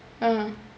ah